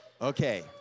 Okay